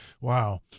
Wow